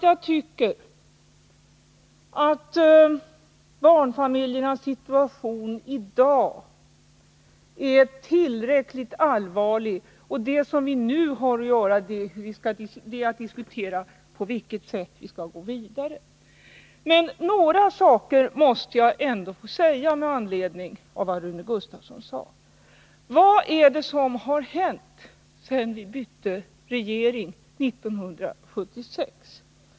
Jag tycker att barnfamiljernas situation i dag är tillräckligt allvarlig ändå, och det som vi nu har att göra är att diskutera på vilket sätt vi skall gå vidare. Men några saker måste jag ändå få säga med anledning av vad Rune Gustavsson påstod. Vad är det som har hänt sedan vi bytte regering 1976?